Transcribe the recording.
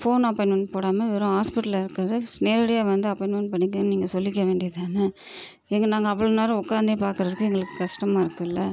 phone appointment போடாமல் வெறும் ஹாஸ்பிட்டலில் இருக்கிற நேரடியாக வந்து அப்பாயின்மெண்ட் பண்ணிக்கங்கன்னு நீங்கள் சொல்லிக்க வேண்டியதுதான ஏங்க நாங்கள் அவ்வளோ நேரம் உட்காந்தே பார்க்குறதுக்கு எங்களுக்கு கஷ்டமாக இருக்கில்ல